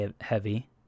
heavy